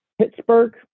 Pittsburgh